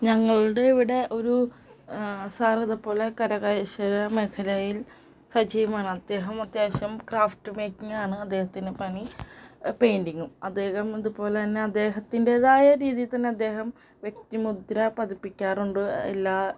ഞങ്ങളുടെ ഇവിടെ ഒരു സാർ ഇതുപോലെ കരകൗശല മേഖലയിൽ സജീവമാണ് അദ്ദേഹം അത്യാവശ്യം ക്രാഫ്റ്റ് മേക്കിങ്ങാണ് അദ്ദേഹത്തിന് പണി പെയിൻറ്റിങ്ങും അദ്ദേഹം ഇതുപോലെ തന്നെ അദ്ദേഹത്തിൻ്റെതായ രീതിയിൽ തന്നെ അദ്ദേഹം വ്യക്തിമുദ്ര പതിപ്പിക്കാറുണ്ട് എല്ലാ